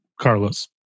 Carlos